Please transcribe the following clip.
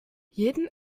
jeden